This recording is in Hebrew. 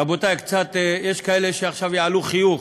רבותי, יש כאלה שעכשיו יעלו חיוך.